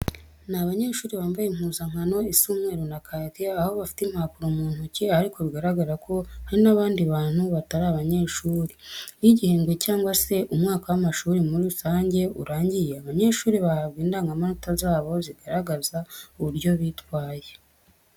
Ni abanyeshuri bambaye impuzankano isa umweru na kake, aho bafite impapuro mu ntoki ariko bigaragara ko hari n'abandi bantu batari abanyeshuri. Iyo igihembwe cyangwa se umwaka w'amashuri muri rusange urangiye, abanyeshri bahabwa indangamanota zabo zigaragaza uburyo bitwaye.